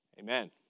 Amen